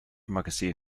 magazine